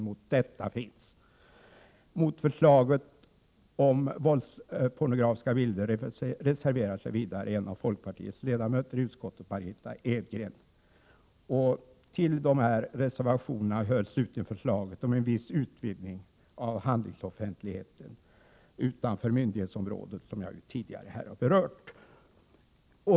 Mot 9” förslaget om våldspornografiska bilder reserverar sig vidare en av folkpar tiets ledamöter i utskottet, Margitta Edgren. Prot. 1987/i 88:122 Till dessa reservationer hör slutligen förslaget om en viss utvidgning av 18 maj 1988 handlingsoffentligheten utanför myndighetsområdet, som jag tidigare har 3 Ändringar itryckfriberört.